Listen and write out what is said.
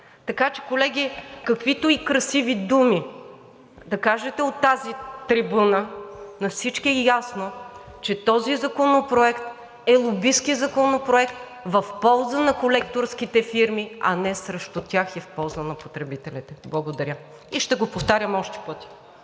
Така че, колеги, каквито и красиви думи да кажете от тази трибуна, на всички е ясно, че този законопроект е лобистки законопроект в полза на колекторските фирми, а не срещу тях и в полза на потребителите. Благодаря. И ще го повтарям още пъти.